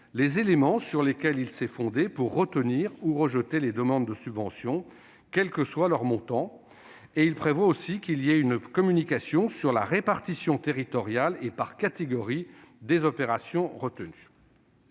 les éléments sur lesquels il s'est fondé pour retenir ou rejeter les demandes de subvention, quel que soit leur montant. Il prévoit également une communication sur la répartition territoriale et par catégorie des opérations retenues.